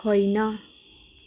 होइन